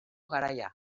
garaia